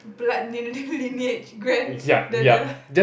blood ni~ li~ lineage grand the the